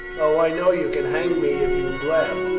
o, i know you can hang me if you blab.